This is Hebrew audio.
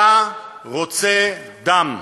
אתה רוצה דם.